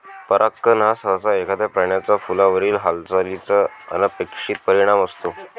परागकण हा सहसा एखाद्या प्राण्याचा फुलावरील हालचालीचा अनपेक्षित परिणाम असतो